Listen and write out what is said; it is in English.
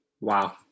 wow